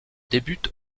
débute